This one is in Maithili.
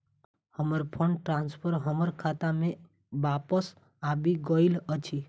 हमर फंड ट्रांसफर हमर खाता मे बापस आबि गइल अछि